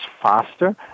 faster